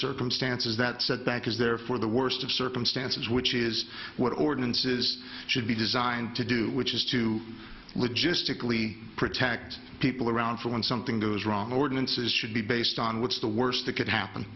circumstances that setback is therefore the worst of circumstances which is what ordinances should be designed to do which is to logistically protect people around for when something goes wrong ordinances should be based on what's the worst that could happen